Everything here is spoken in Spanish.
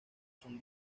son